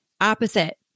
opposite